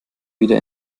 wieder